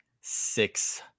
six